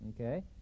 okay